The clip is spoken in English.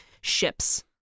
ships